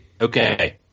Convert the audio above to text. Okay